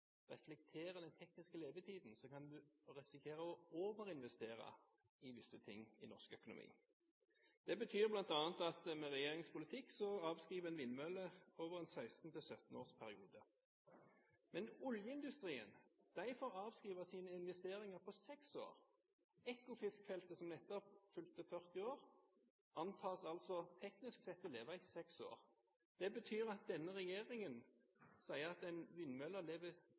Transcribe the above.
reflekterer den tekniske levetiden, kan vi risikere å overinvestere i visse ting i norsk økonomi. Det betyr bl.a. at med regjeringens politikk avskriver en vindmøller over en periode på 16–17 år, mens oljeindustrien får avskrive sine investeringer på 6 år. Ekofiskfeltet, som nettopp fylte 40 år, antas teknisk sett å leve i 6 år. Det betyr at denne regjeringen sier at en vindmølle lever